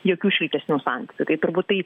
jokių šiltesnių santykių tai turbūt tai